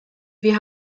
wir